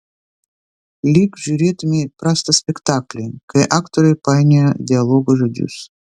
lyg žiūrėtumei prastą spektaklį kai aktoriai painioja dialogo žodžius